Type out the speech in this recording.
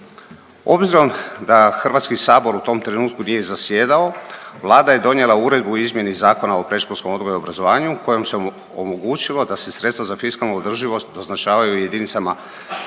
Obzirom da Hrvatski sabor u tom trenutku nije zasjedao, Vlada je donijela Uredbu o izmjeni Zakona o predškolskom odgoju i obrazovanju kojom se omogućilo da se sredstva za fiskalnu održivost doznačavaju jedinicama